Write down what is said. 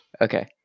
Okay